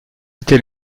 était